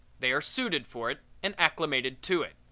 they are suited for it and acclimated to it.